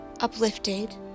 uplifted